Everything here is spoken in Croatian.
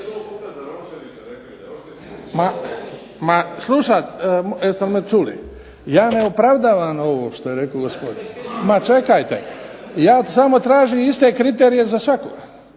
Ma slušajte, jeste li me čuli. Ja ne opravdavam ovo što je rekao gospodin. Ma čekajte, ja samo tražim iste kriterije za svakoga.